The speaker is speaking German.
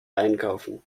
einkaufen